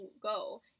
go